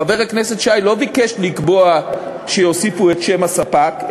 חבר הכנסת שי לא ביקש לקבוע שיוסיפו את שם הספק,